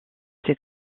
ses